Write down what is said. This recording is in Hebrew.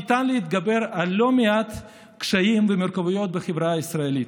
ניתן להתגבר על לא מעט קשיים ומורכבויות בחברה הישראלית.